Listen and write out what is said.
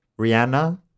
Rihanna